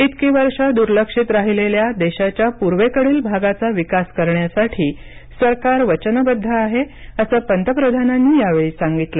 इतकी वर्ष दुर्लक्षित राहिलेल्या देशाच्या पूर्वेकडील भागाचा विकास करण्यासाठी सरकार वचनबद्ध आहे असं पंतप्रधानांनी यावेळी सांगितलं